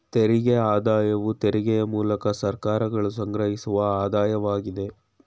ತೆರಿಗೆ ಆದಾಯವು ತೆರಿಗೆಯ ಮೂಲಕ ಸರ್ಕಾರಗಳು ಸಂಗ್ರಹಿಸುವ ಆದಾಯವಾಗಿದೆ